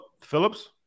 Phillips